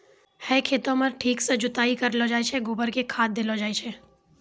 है खेतों म ठीक सॅ जुताई करलो जाय छै, गोबर कॅ खाद देलो जाय छै